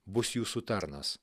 bus jūsų tarnas